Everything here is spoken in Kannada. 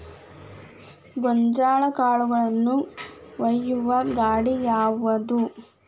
ಗೋಂಜಾಳ ಕಾಳುಗಳನ್ನು ಒಯ್ಯುವ ಗಾಡಿ ಯಾವದು?